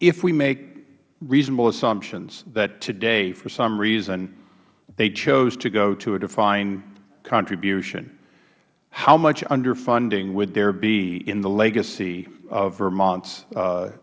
if we make reasonable assumptions that today for some reason they chose to go to a defined contribution how much underfunding would there be in the legacy of vermonts